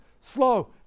slow